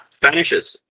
vanishes